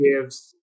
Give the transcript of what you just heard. gives